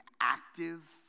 active